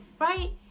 right